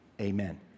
Amen